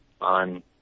on